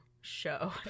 show